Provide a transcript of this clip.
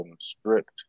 strict